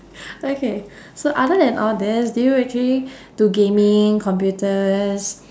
okay so other than all these do you actually do gaming computers